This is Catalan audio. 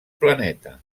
planeta